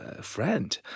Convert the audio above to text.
friend